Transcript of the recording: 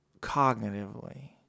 cognitively